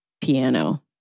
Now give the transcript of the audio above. piano